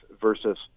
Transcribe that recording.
versus